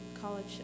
college